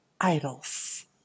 Idols